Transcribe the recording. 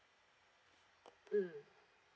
mm